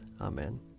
Amen